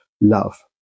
love